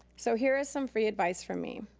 so here is some free advice from me.